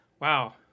Wow